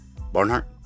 Barnhart